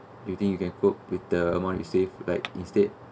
do you think you can cope with the amount you save like instead